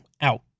out